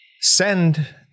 send